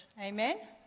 Amen